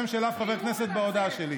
לא נקבתי בשם של אף חבר כנסת בהודעה שלי.